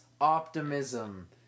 optimism